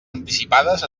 anticipades